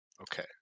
Okay